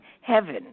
heaven